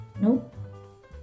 Nope